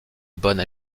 bonne